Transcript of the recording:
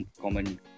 common